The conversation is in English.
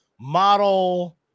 model